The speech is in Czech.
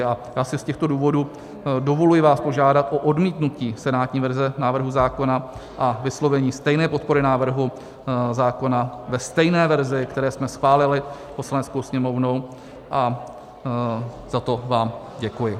A já si z těchto důvodů dovoluji vás požádat o odmítnutí senátní verze návrhu zákona a vyslovení stejné podpory návrhu zákona ve stejné verzi, kterou jsme schválili Poslaneckou sněmovnou, a za to vám děkuji.